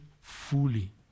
fully